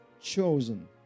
chosen